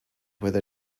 whether